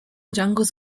jungles